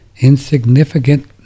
insignificant